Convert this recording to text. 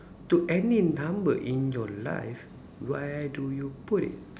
to any number in your life where do you put it